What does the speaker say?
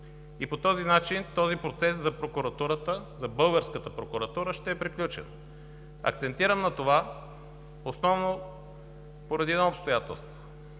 По този начин този процес за българската прокуратура ще е приключен. Акцентирам на това основно поради едно обстоятелство